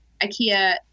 Ikea